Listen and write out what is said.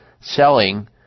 selling